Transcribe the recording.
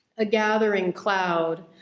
a gathering cloud.